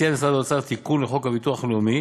הציע משרד האוצר תיקון לחוק הביטוח הלאומי